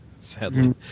Sadly